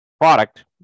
product